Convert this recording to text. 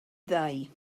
ddau